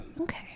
Okay